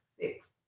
six